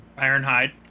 Ironhide